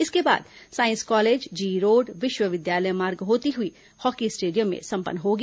इसके बाद साईस कॉलेज जीई रोड विश्वविद्यालय मार्ग होती हुई हॉकी स्टेडियम में संपन्न होगी